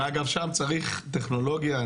גם שם צריך טכנולוגיה,